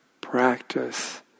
practice